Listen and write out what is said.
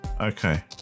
Okay